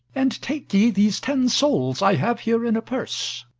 and take ye these ten sols i have here in a purse.